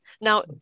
Now